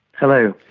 hello.